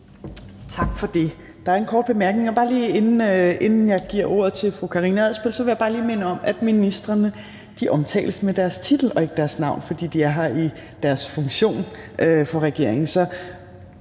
Tak for det. Der er en kort bemærkning, men inden jeg giver ordet til fru Karina Adsbøl, vil jeg bare lige minde om, at ministrene omtales med deres titel og ikke deres navn, fordi de her fungerer som repræsentanter for regeringen.